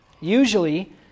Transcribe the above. Usually